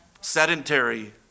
sedentary